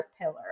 pillar